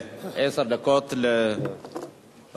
עשר דקות לרשותך.